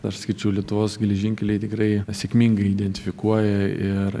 aš sakyčiau lietuvos geležinkeliai tikrai sėkmingai identifikuoja ir